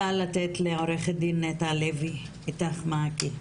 נשמע את עו"ד נטע הלוי "אית"ך מעכי".